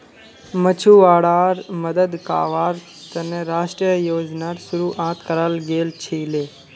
मछुवाराड मदद कावार तने राष्ट्रीय योजनार शुरुआत कराल गेल छीले